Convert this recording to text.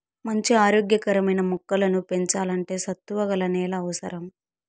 మంచి ఆరోగ్య కరమైన మొక్కలను పెంచల్లంటే సత్తువ గల నేల అవసరం